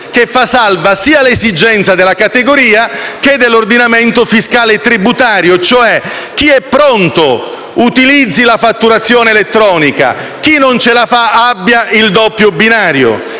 che fa salva l'esigenza sia della categoria, che dell'ordinamento fiscale e tributario, e cioè: chi è pronto, utilizzi la fatturazione elettronica, chi non ce la fa, abbia il doppio binario.